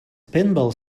pinball